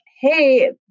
hey